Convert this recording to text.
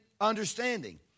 understanding